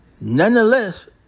Nonetheless